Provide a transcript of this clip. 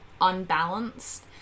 unbalanced